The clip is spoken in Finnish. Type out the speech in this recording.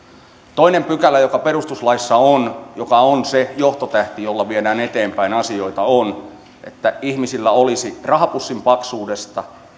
toinen pykälä joka perustuslaissa on joka on se johtotähti jolla viedään eteenpäin asioita on että ihmisellä olisi rahapussin paksuudesta